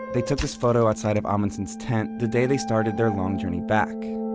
they took this photo outside of amundsen's tent the day they started their long journey back.